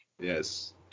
Yes